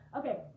okay